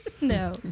no